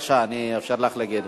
בבקשה, אני אאפשר לך להגיד.